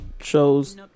shows